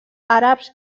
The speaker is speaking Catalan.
àrabs